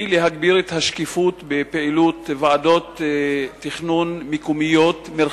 הצעת חוק חובת פרסום תקציב התכנון והבנייה